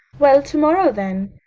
well, to-morrow, then.